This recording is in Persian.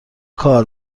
کار